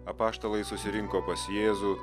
apaštalai susirinko pas jėzų